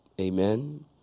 Amen